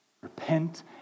Repent